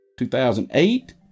2008